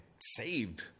saved